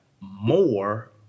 more